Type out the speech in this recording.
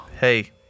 Hey